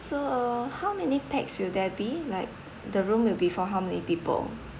so uh how many pax will there be like the room will be for how many people